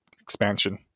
expansion